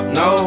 no